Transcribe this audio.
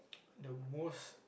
the most